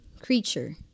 creature